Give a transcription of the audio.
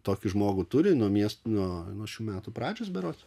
tokį žmogų turi nuo miesto nuo šių metų pradžios berods